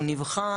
הוא נבחן,